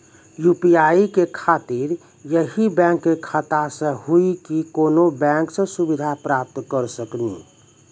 UPI के खातिर यही बैंक के खाता से हुई की कोनो बैंक से सुविधा प्राप्त करऽ सकनी?